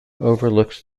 overlooks